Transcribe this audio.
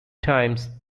times